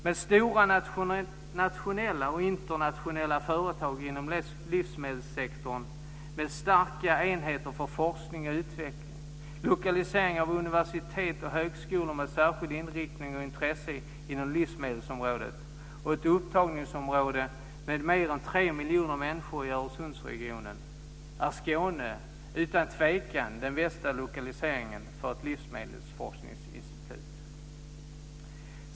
Med stora nationella och internationella företag inom livsmedelssektorn, med starka enheter för forskning och utveckling, lokalisering av universitet och högskolor med särskild inriktning på och intresse för livsmedelsområdet och ett upptagningsområde med mer än tre miljoner människor i Öresundsregionen är Skåne utan tvekan den bästa lokaliseringen för ett livsmedelsforskningsinstitut.